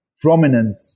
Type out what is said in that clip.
prominent